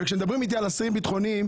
וכשמדברים איתי על אסירים ביטחוניים,